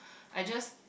I just